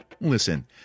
Listen